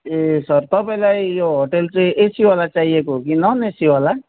ए sir तपाईँलाई यो hotel चाहिँ एसीवाला चाहिएको हो कि नन् एसीवाला